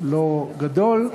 לא גדול,